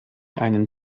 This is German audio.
einen